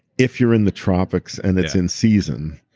if you're in the tropics and it's in season,